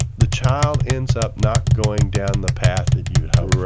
the child ends up not going down the path that you hoped for,